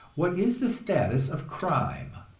what is the status of crime?